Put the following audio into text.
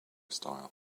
style